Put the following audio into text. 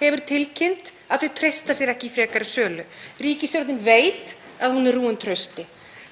hefur tilkynnt að hún treysti sér ekki í frekari sölu. Ríkisstjórnin veit að hún er rúin trausti.